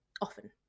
often